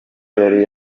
yari